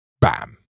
Bam